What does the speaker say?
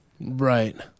Right